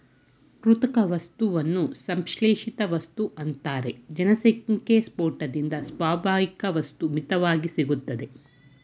ಕೃತಕ ವಸ್ತುನ ಸಂಶ್ಲೇಷಿತವಸ್ತು ಅಂತಾರೆ ಜನಸಂಖ್ಯೆಸ್ಪೋಟದಿಂದ ಸ್ವಾಭಾವಿಕವಸ್ತು ಮಿತ್ವಾಗಿ ಸಿಗ್ತದೆ